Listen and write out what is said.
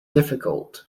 difficult